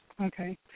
Okay